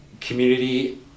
community